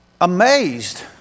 amazed